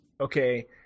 Okay